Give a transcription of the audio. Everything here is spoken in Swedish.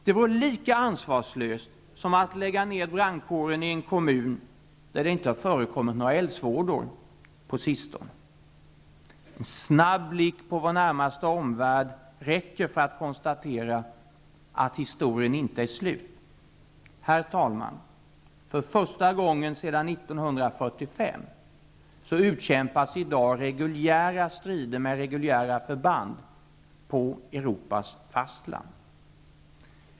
Det vore lika ansvarslöst som att lägga ned brandkåren i en kommun där det inte har förekommit några eldsvådor på sistone. En snabb blick på vår närmaste omvärld räcker för att konstatera att historien inte är slut. Herr talman! För första gången sedan 1945 utkämpas i dag reguljära strider med reguljära förband på Europas fastland.